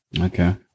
Okay